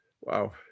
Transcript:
Wow